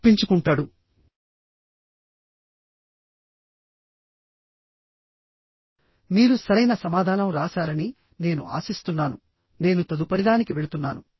తప్పించుకుంటాడు మీరు సరైన సమాధానం రాశారని నేను ఆశిస్తున్నానునేను తదుపరిదానికి వెళుతున్నాను